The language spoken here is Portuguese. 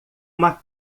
uma